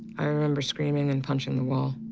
i remember screaming and punching the wall.